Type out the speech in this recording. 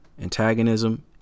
antagonism